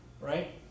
Right